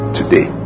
today